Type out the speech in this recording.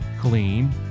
clean